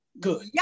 good